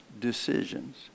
decisions